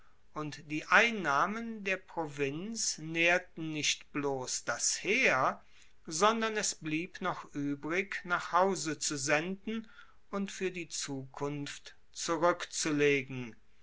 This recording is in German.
und die einnahmen der provinz naehrten nicht bloss das heer sondern es blieb noch uebrig nach hause zu senden und fuer die zukunft zurueckzulegen